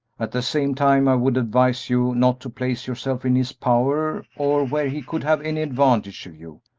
at the same time i would advise you not to place yourself in his power or where he could have any advantage of you.